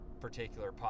particular